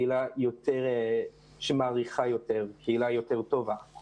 קהילה יותר שמעריכה יותר, קהילה יותר טובה.